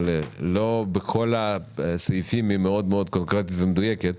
אבל לא בכל הסעיפים היא קונקרטית ומדויקת.